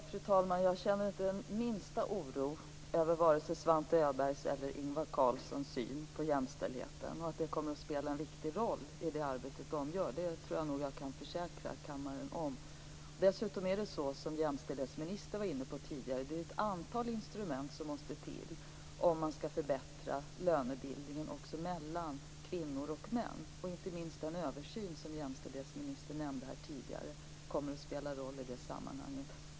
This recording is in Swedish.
Fru talman! Jag känner inte den minsta oro över vare sig Svante Öbergs eller Ingvar Carlssons syn på jämställdheten, och att den kommer att spela en viktig roll i det arbete de gör tror jag nog att jag kan försäkra kammaren om. Dessutom är det så, vilket jämställdhetsministern var inne på tidigare, att det är ett antal instrument som måste till om man skall förbättra lönebildningen också mellan kvinnor och män. Inte minst den översyn som jämställdhetsministern nämnde här tidigare kommer att spela roll i det sammanhanget.